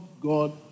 God